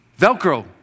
Velcro